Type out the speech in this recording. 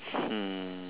hmm